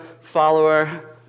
follower